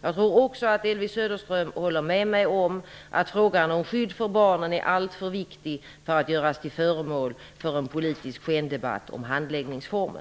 Jag tror också att Elvy Söderström håller med mig om att frågan om skydd för barnen är alltför viktig för att göras till föremål för en politisk skendebatt om handläggningsformen.